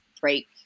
break